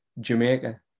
Jamaica